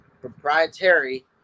proprietary